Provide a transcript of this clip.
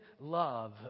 love